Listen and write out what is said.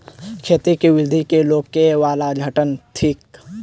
खेती केँ वृद्धि केँ रोकय वला घटक थिक?